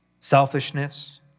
selfishness